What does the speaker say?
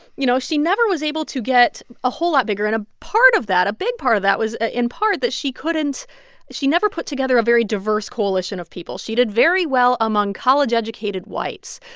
you know, she never was able to get a whole lot bigger. and a part of that, a big part of that, was in part that she couldn't she never put together a very diverse coalition of people. she did very well among college-educated whites.